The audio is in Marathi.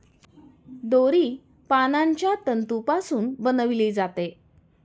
दोरी पानांच्या तंतूपासून बनविली जाते